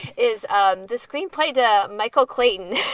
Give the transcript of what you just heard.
is um the screenplay to michael clayton,